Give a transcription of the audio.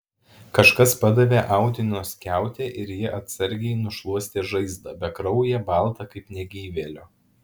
kažkas padavė audinio skiautę ir ji atsargiai nušluostė žaizdą bekrauję baltą kaip negyvėlio